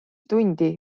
tundi